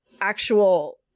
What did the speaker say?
actual